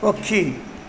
ପକ୍ଷୀ